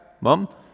Mom